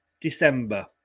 December